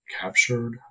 captured